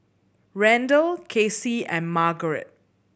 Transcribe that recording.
Randall Casey and Margaret